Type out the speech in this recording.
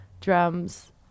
drums